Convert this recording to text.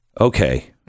okay